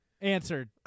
answered